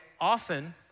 often